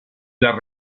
las